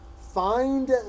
find